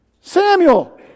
Samuel